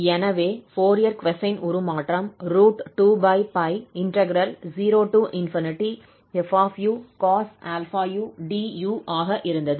எனவே Fourier cosine உருமாற்றம் 20fucos ∝u du ஆக இருந்தது